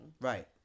right